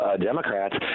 Democrats